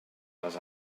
les